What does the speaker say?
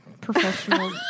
professional